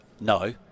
No